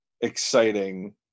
exciting